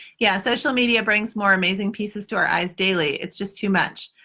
yeah social media brings more amazing pieces to our eyes daily. it's just too much.